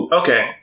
okay